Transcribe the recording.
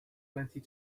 plenty